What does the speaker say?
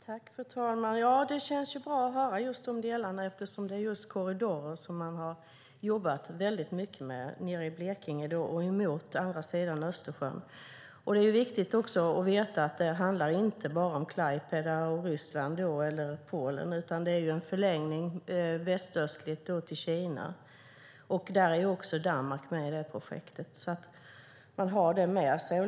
Fru talman! Det känns bra att höra eftersom det är just korridorer man har jobbat mycket med i Blekinge och mot andra sidan av Östersjön. Det är viktigt att veta att det inte bara handlar om Klaipeda, Ryssland och Polen utan är en förlängning västöstligt till Kina. I detta projekt är också Danmark med.